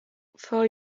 for